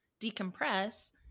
decompress